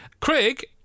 Craig